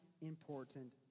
important